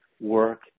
work